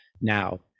now